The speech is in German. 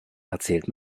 erzählt